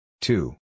Two